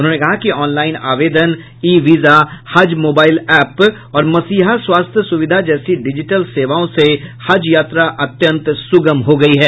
उन्होंने कहा कि ऑनलाइन आवेदन e visa Haj mobile app और मसीहा स्वास्थ्य सुविधा जैसी डिजिटल सेवाओं से हज यात्रा अत्यंत सुगम हो गयी है